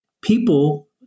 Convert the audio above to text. people